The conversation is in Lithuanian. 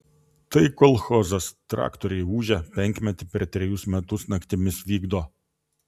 tai kolchozas traktoriai ūžia penkmetį per trejus metus naktimis vykdo